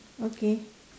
okay